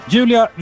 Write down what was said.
Julia